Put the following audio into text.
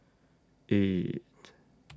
eight